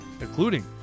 including